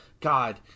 God